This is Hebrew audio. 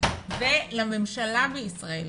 ולממשלה בישראל